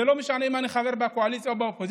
זה לא משנה אם אני חבר בקואליציה או באופוזיציה.